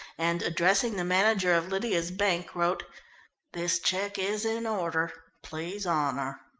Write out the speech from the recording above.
and addressing the manager of lydia's bank, wrote this cheque is in order. please honour.